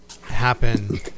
happen